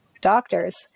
Doctors